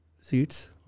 seats